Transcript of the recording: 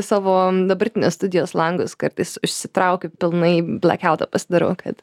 savo dabartinės studijos langus kartais užsitraukiu pilnai blek autą pasidarau kad